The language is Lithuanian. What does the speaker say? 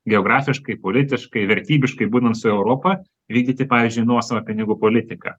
geografiškai politiškai vertybiškai būnant su europa vykdyti pavyzdžiui nuosavą pinigų politiką